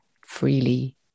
freely